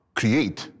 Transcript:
create